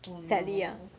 oh no